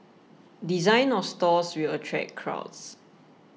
design of stores will attract crowds